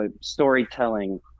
storytelling